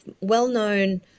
well-known